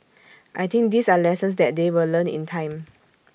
I think these are lessons that they will learn in time